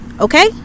Okay